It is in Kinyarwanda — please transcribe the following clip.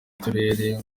turere